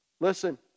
Listen